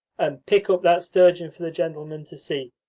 and pick up that sturgeon for the gentleman to see.